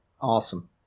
Awesome